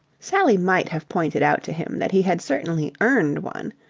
sally might have pointed out to him that he had certainly earned one,